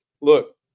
Look